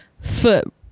foot